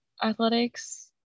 athletics